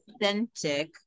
authentic